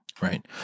Right